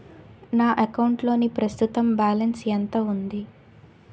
నా అకౌంట్ లోని ప్రస్తుతం బాలన్స్ ఎంత ఉంది?